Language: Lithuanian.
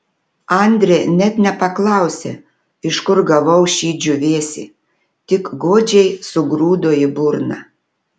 andrė net nepaklausė iš kur gavau šį džiūvėsį tik godžiai sugrūdo į burną